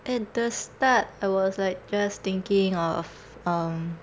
at the start I was like just thinking of um